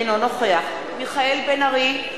אינו נוכח מיכאל בן-ארי,